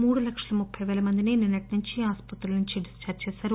మూడు లక్షల ముప్పి వేల మందిని నిన్నటినుంచీ ఆస్సత్రి నుంచి డిశ్చార్ల్ చేశారు